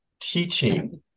teaching